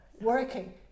working